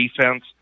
defense